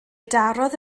darodd